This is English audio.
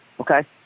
Okay